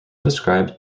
described